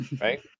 Right